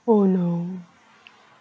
oh no